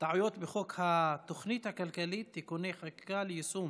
טעויות בחוק התוכנית הכלכלית (תיקוני חקיקה ליישום